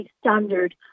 standard